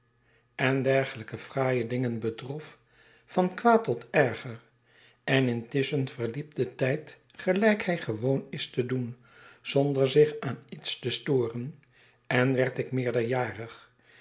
en dergelijke fraaie dingen betrof van kwaad tot erger en intusschen verliep de tijd gelijk hij gewoon is te doen zonder zich aan iets te storen en werd ik